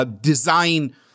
design